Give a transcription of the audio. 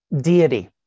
deity